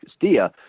Castilla